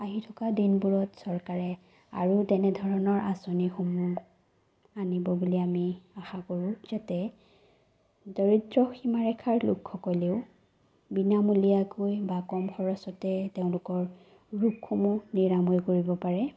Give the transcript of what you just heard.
আহি থকা দিনবোৰত চৰকাৰে আৰু তেনেধৰণৰ আঁচনিসমূহ আনিব বুলি আমি আশা কৰোঁ যাতে দৰিদ্ৰ সীমাৰেখাৰ লোকসকলেও বিনামূলীয়াকৈ বা কম খৰচতে তেওঁলোকৰ ৰোগসমূহ নিৰাময় কৰিব পাৰে